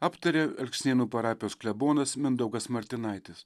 aptarė alksnėnų parapijos klebonas mindaugas martinaitis